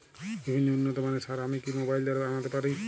বিভিন্ন উন্নতমানের সার আমি কি মোবাইল দ্বারা আনাতে পারি?